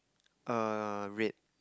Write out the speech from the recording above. err red